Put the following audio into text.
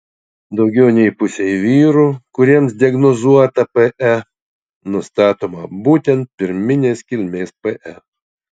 daugiau nei pusei vyrų kuriems diagnozuota pe nustatoma būtent pirminės kilmės pe